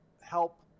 help